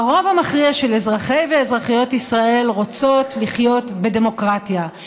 הרוב המכריע של אזרחי ואזרחיות ישראל רוצות לחיות בדמוקרטיה,